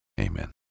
amen